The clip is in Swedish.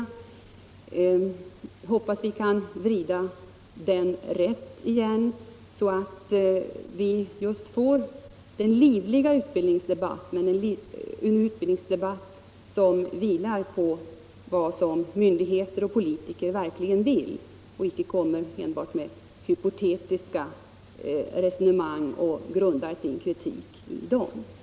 Jag hoppas att vi kan vrida den debatten rätt igen, så att vi får en livlig utbildningsdebatt som vilar på vad som myndigheter och politiker verkligen står för — och så att debattörer icke grundar sin kritik på hypotetiska resonemang.